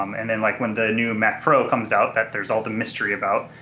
um and then like when the new mac pro comes out, that there's all the mystery about,